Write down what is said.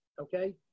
Okay